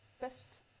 best